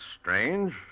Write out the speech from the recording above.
strange